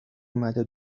اومده